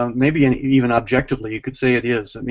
um maybe and even objectively you could say it is. i mean